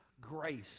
grace